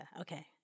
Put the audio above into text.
Okay